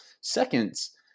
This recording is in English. seconds